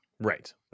Right